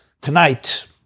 Tonight